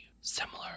similar